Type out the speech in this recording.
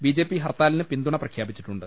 BJP ഹർത്താലിന് പിന്തുണ പ്രഖ്യാപിച്ചിട്ടു ണ്ട്